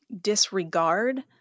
disregard